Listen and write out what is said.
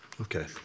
okay